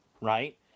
right –